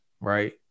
right